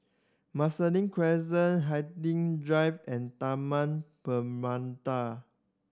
Marsiling Crescent Hindhede Drive and Taman Permata